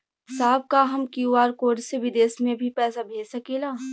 साहब का हम क्यू.आर कोड से बिदेश में भी पैसा भेज सकेला?